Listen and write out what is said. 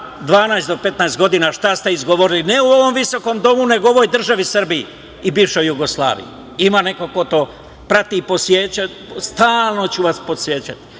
do 15 godina šta ste izgovorili, ne u ovom visokom domu, nego u ovoj državi Srbiji i bivšoj Jugoslaviji. Ima nekog ko to prati i stalno ću vas podsećati,